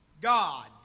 God